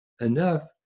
enough